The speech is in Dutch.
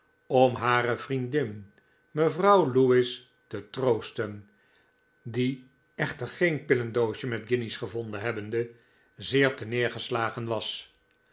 om hare vriendin mevrouw lewis te troosten die echter geen pillendoosje met guinjes gevonden hebbende zeer terneergeslagen was